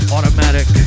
Automatic